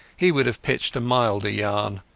he would have pitched a milder yarn.